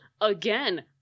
Again